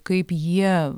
kaip jie